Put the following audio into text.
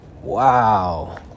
wow